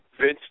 Vince